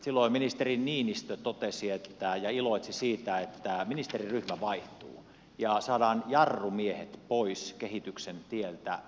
silloin ministeri niinistö totesi ja iloitsi siitä että ministeriryhmä vaihtuu ja saadaan jarrumiehet pois kehityksen tieltä hallituksesta